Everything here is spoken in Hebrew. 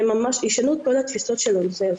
הם ישנו את כל התפיסות שלהם.